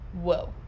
whoa